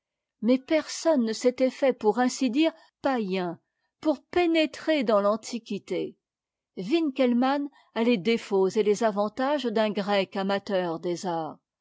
mais personne ne s'était fait pour ainsi dire païen pour pénétrer l'antiquité winckelmann a les défauts et les avantages d'un grec amateur des arts